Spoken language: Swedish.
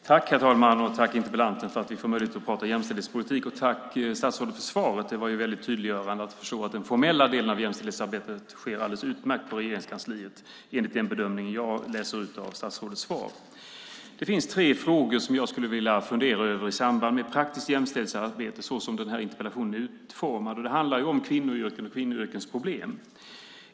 Herr talman! Tack, interpellanten, för att vi får möjlighet att prata jämställdhetspolitik! Och tack, statsrådet, för svaret! Det var väldigt tydliggörande. Den formella delen av jämställdhetsarbetet sker alldeles utmärkt på Regeringskansliet, enligt vad jag läser ut av statsrådets svar. Det finns tre frågor som jag skulle vilja fundera över i samband med praktiskt jämställdhetsarbete med tanke på hur interpellationen är utformad. Den handlar ju om kvinnoyrken och kvinnoyrkens problem.